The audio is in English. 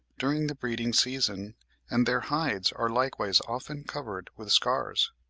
during the breeding-season and their hides are likewise often covered with scars.